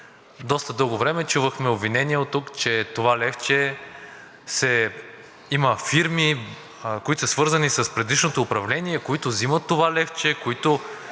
Доста дълго време чувахме обвинения оттук за това левче, че има фирми, свързани с предишното управление, които взимат това левче, които